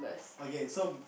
okay so